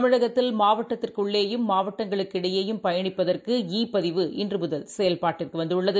தமிழகத்தில்மாவட்டத்திற்குள்ளேயும் மாவட்டங்களுக்கு இடையேயும் பயணிப்பதற்குஇ பதிவு இன்றுமுதல் செயல்பாட்டிற்குவந்துள்ளது